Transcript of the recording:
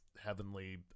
heavenly